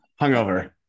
Hungover